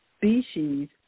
species